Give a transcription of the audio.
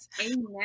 Amen